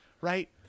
Right